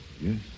Yes